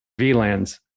VLANs